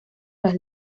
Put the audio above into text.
las